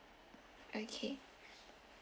okay